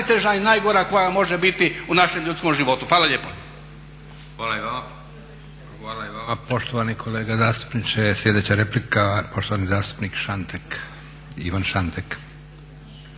najteža i najgora koja može biti u našem ljudskom životu. Hvala lijepo. **Leko, Josip (SDP)** Hvala i vama poštovani kolega zastupniče. Sljedeća replika poštovani zastupnik Ivan Šantek.